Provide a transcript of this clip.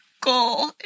goal